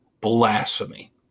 Blasphemy